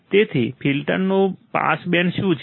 તેથી ફિલ્ટરનું pass band શું છે